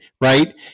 right